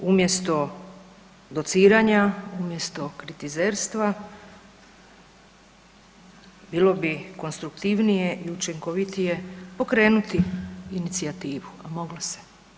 Umjesto dociranja, umjesto kritizerstva bilo konstruktivnije i učinkovitije pokrenuti inicijativu, a moglo se.